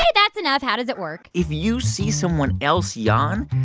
yeah that's enough. how does it work? if you see someone else yawn,